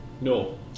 No